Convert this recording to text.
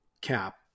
cap